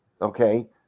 Okay